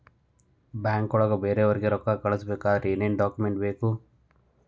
ಬ್ಯಾಂಕ್ನೊಳಗ ಬೇರೆಯವರಿಗೆ ರೊಕ್ಕ ಕಳಿಸಬೇಕಾದರೆ ಏನೇನ್ ಡಾಕುಮೆಂಟ್ಸ್ ಬೇಕು?